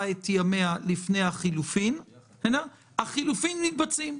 את ימיה לפני החילופים אז החילופים מתבצעים.